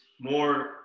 more